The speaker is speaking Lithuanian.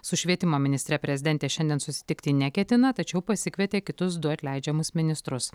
su švietimo ministre prezidentė šiandien susitikti neketina tačiau pasikvietė kitus du atleidžiamus ministrus